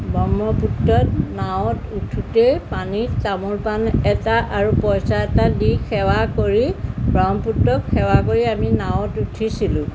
ব্ৰহ্মপুত্ৰত নাৱত উঠোঁতে পানীত তামোল পান এটা আৰু পইচা এটা দি সেৱা কৰি ব্ৰহ্মপুত্ৰক সেৱা কৰি আমি নাৱত উঠিছিলোঁ